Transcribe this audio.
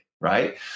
right